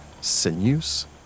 sinews